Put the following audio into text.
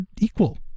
equal